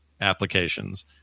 applications